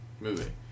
movie